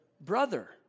brother